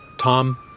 Tom